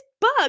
bug